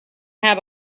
had